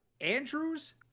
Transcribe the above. Andrews